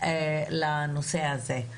לנושא הזה.